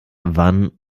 wann